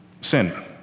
Sin